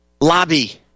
lobby